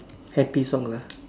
happy song ah